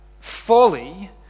Folly